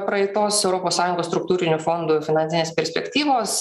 praeitos europos sąjungos struktūrinių fondų finansinės perspektyvos